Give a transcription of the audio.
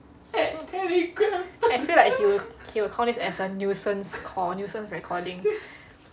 I feel like they will call it as a nuisance or a nuisance recording